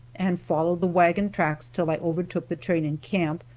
and followed the wagon tracks till i overtook the train in camp,